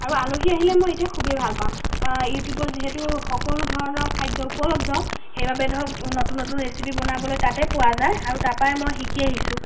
আৰু আলহি আহিলে মই এতিয়া খুবেই ভাল পাওঁ ইউটিউবত যিহেতু সকলো ধৰণৰ খাদ্য উপলব্ধ সেইবাবে ধৰক নতুন নতুন ৰেচিপি বনাবলৈ তাতে পোৱা যায় আৰু তাৰপৰাই মই শিকি আহিছোঁ